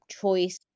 choice